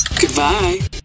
Goodbye